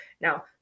Now